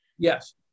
Yes